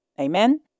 Amen